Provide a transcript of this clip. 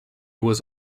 was